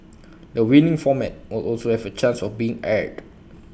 the winning format will also have A chance of being aired